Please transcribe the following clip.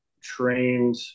trained